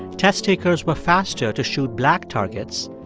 test takers were faster to shoot black targets,